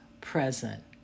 present